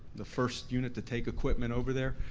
the first unit to take equipment over there.